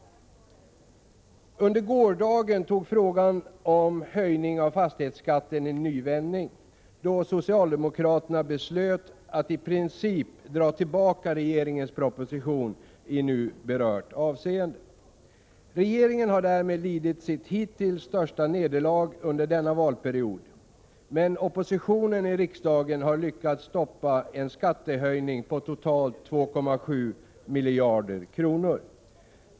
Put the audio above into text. Under gårdagen tog frågan om höjning av fastighetsskatten en ny vändning, då socialdemokraterna beslöt att i princip dra tillbaka regeringens proposition i nu berört avseende. Regeringen har därmed lidit sitt hittills största nederlag under denna valperiod, men oppositionen i riksdagen har lyckats stoppa en skattehöjning på totalt 2,7 miljarder kronor.